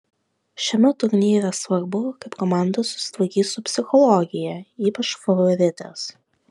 šiame turnyre svarbu kaip komandos susitvarkys su psichologija ypač favoritės